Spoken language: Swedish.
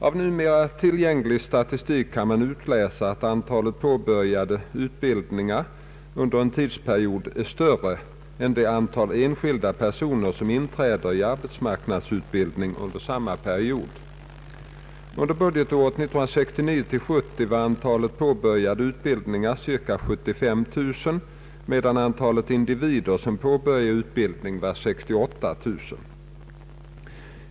Av numera tillgänglig statistik kan man utläsa att antalet påbörjade utbildningar under en tidsperiod är större än det antal enskilda personer som inträder i arbetsmarknadsutbildning under samma period. Under budgetåret 1969/ 70 var antalet påbörjade utbildningar ca 75 000 medan antalet individer som påbörjade utbildning var ca 68 000.